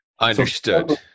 Understood